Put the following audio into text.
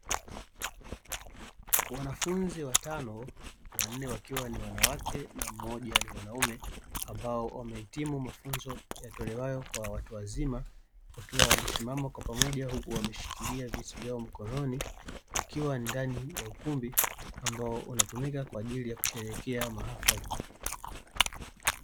Wanafunzi watano wanne wakiwa ni wanawake na mmoja ni mwanaume, ambao wamehitimu mafunzo yanayotolewa kwa watu wazima. Wakiwa wamesimama kwa pamoja huku wakishikilia vyeti vyao mkononi, ikiwa ni ndani ukumbi ambao unatumika kwa ajili ya kusherekea mahafali.